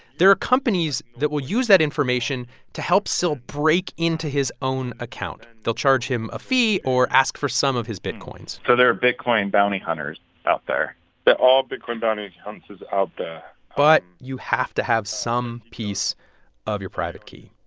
there are companies that will use that information to help syl break into his own account. and they'll charge him a fee or ask for some of his bitcoins so there are bitcoin bounty hunters out there there are bitcoin bounty hunters out there but you have to have some piece of your private key.